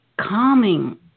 calming